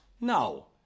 No